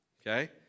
okay